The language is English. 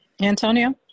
Antonio